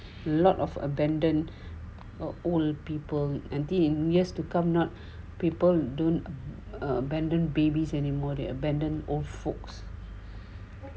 lot of abandoned or old people I think in years to come not people don't abandon babies anymore they abandon old folks